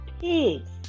pigs